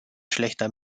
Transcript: schlechter